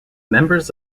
members